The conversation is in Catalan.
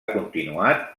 continuat